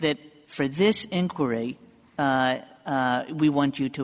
that for this inquiry we want you to